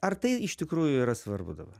ar tai iš tikrųjų yra svarbu dabar